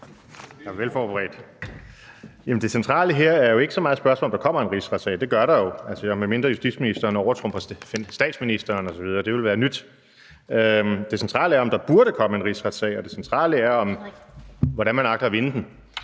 det centrale her er jo ikke så meget spørgsmålet, om der kommer en rigsretssag. Det gør der jo, medmindre justitsministeren overtrumfer statsministeren osv. Det ville være nyt. Det centrale er, om der burde komme en rigsretssag, og det centrale er, hvordan man agter at vinde den.